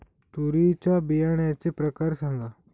तूरीच्या बियाण्याचे प्रकार सांगा